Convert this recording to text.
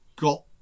got